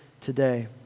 today